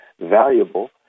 valuable